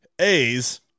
A's